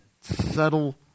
subtle